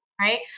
Right